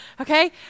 Okay